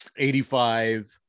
85